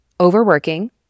overworking